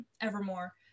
Evermore